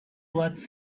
was